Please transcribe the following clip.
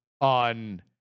on